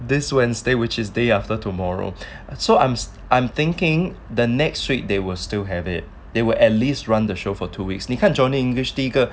this wednesday which is day after tomorrow so I'm I'm thinking the next week they were still have it there were at least run the show for two weeks 你看 johnny english 第一个